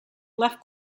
left